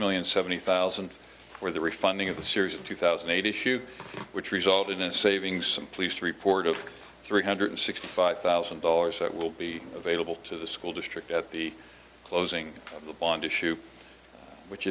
million seventy thousand for the refunding of the series of two thousand eight issue which resulted in a saving some police report of three hundred sixty five thousand dollars that will be available to the school district at the closing of the bond issue which